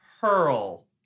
hurl